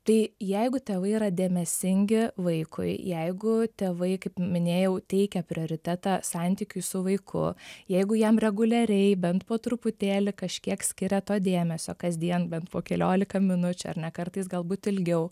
tai jeigu tėvai yra dėmesingi vaikui jeigu tėvai kaip minėjau teikia prioritetą santykiui su vaiku jeigu jam reguliariai bent po truputėlį kažkiek skiria to dėmesio kasdien bent po keliolika minučių ar ne kartais galbūt ilgiau